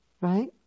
right